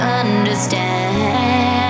understand